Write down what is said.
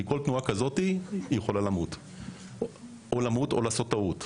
כי בכל תנועה כזאת היא יכולה לעשות טעות.